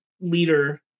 leader